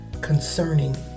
concerning